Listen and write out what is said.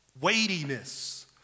weightiness